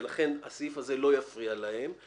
ולכן הסעיף הזה לא יפריע להן.